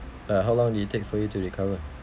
uh how long did it take for you to recover